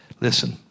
Listen